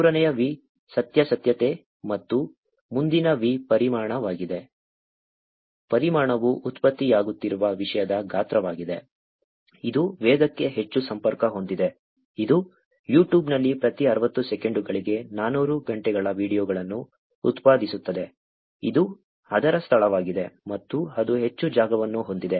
ಮೂರನೆಯ V ಸತ್ಯಾಸತ್ಯತೆ ಮತ್ತು ಮುಂದಿನ V ಪರಿಮಾಣವಾಗಿದೆ ಪರಿಮಾಣವು ಉತ್ಪತ್ತಿಯಾಗುತ್ತಿರುವ ವಿಷಯದ ಗಾತ್ರವಾಗಿದೆ ಇದು ವೇಗಕ್ಕೆ ಹೆಚ್ಚು ಸಂಪರ್ಕ ಹೊಂದಿದೆ ಇದು ಯೂಟ್ಯೂಬ್ನಲ್ಲಿ ಪ್ರತಿ 60 ಸೆಕೆಂಡುಗಳಿಗೆ 400 ಗಂಟೆಗಳ ವೀಡಿಯೊಗಳನ್ನು ಉತ್ಪಾದಿಸುತ್ತದೆ ಇದು ಅದರ ಸ್ಥಳವಾಗಿದೆ ಮತ್ತು ಅದು ಹೆಚ್ಚು ಜಾಗವನ್ನು ಹೊಂದಿದೆ